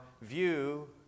view